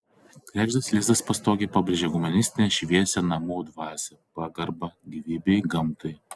kregždės lizdas pastogėje pabrėžia humanistinę šviesią namų dvasią pagarbą gyvybei gamtai